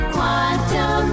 Quantum